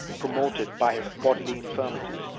promoted by his bodily infirmities,